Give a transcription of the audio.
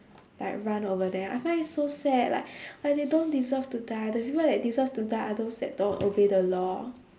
like run over them I find it so sad like like they don't deserve to die the people that deserve to die are those that don't obey the law